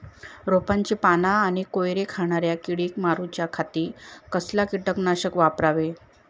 रोपाची पाना आनी कोवरी खाणाऱ्या किडीक मारूच्या खाती कसला किटकनाशक वापरावे?